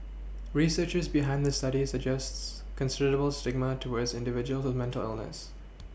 researchers behind the study suggests considerable stigma towards individuals with mental illness